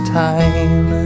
time